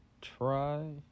Try